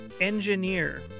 Engineer